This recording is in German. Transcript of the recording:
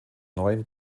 neuen